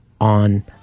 on